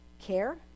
care